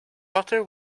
butter